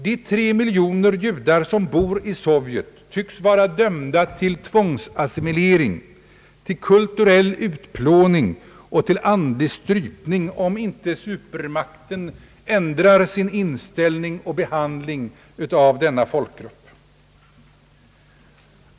De tre miljoner judar som bor i Sovjet tycks vara dömda till tvångsassimilering, till kulturell utplåning och till andlig strypning om inte supermakten ändrar sin inställning och behandling av denna folkgrupp.